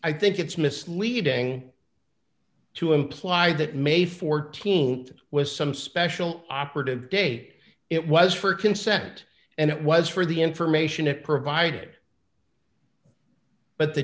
i think it's misleading to imply that may th was some special operative day it was for consent and it was for the information it provided but the